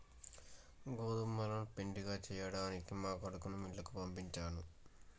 గోదుములను పిండిగా సేయ్యడానికి మా కొడుకుని మిల్లుకి పంపించాను